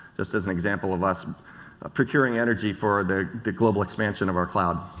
just as an example of us um procuring energy for the the global expansion of our cloud.